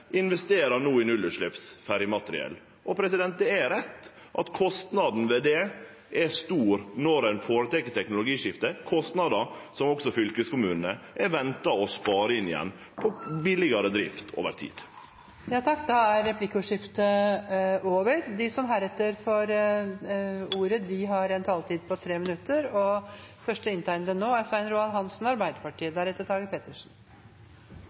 investerer no i nullutslepps ferjemateriell. Det er rett at kostnaden er stor når ein føretek eit teknologiskifte – kostnader som fylkeskommunane er venta å spare inn igjen ved billegare drift over tid. Replikkordskiftet er omme. De talere som heretter får ordet, har en taletid på